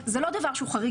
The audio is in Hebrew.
חריג